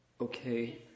Okay